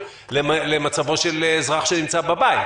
למצבו של אזרח שנמצא בבית.